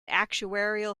actuarial